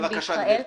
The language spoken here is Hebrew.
בבקשה, גברתי.